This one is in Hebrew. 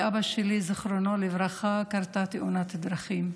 לאבא שלי, זיכרונו לברכה, קרתה תאונת דרכים.